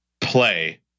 play